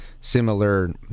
similar